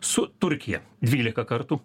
su turkija dvylika kartų